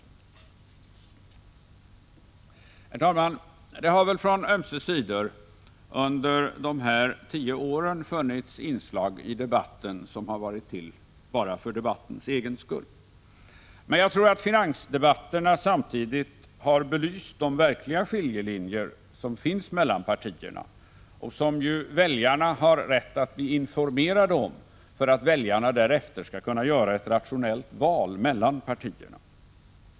Herr talman! Det har väl på ömse sidor under dessa tio år funnits inslag som har varit till bara för debattens egen skull. Men jag tror att finansdebatterna samtidigt har belyst de verkliga skiljelinjer som finns mellan partierna och som ju väljarna har rätt att bli informerade om för att väljarna därefter skall kunna göra ett rationellt val mellan partierna.